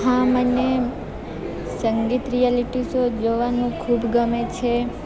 હા મને સંગીત રિયાલિટી સો જોવાનું ખૂબ ગમે છે